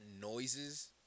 noises